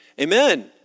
Amen